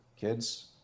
Kids